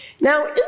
Now